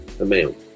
amount